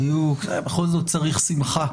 בדיוק, בכל זאת צריך שמחה,